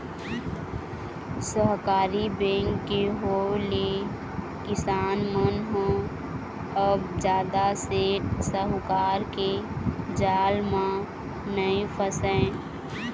सहकारी बेंक के होय ले किसान मन ह अब जादा सेठ साहूकार के जाल म नइ फसय